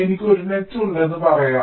എനിക്ക് ഒരു നെറ് ഉണ്ടെന്ന് പറയാം